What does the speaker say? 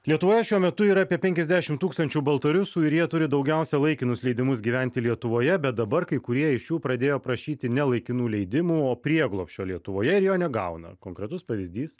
lietuvoje šiuo metu yra apie penkiasdešim tūkstančių baltarusių ir jie turi daugiausia laikinus leidimus gyventi lietuvoje bet dabar kai kurie iš jų pradėjo prašyti ne laikinų leidimų o prieglobsčio lietuvoje ir jo negauna konkretus pavyzdys